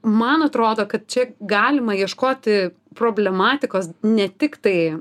man atrodo kad čia galima ieškoti problematikos ne tiktai